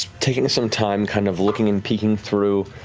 taking some time kind of looking and peeking through,